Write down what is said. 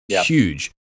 Huge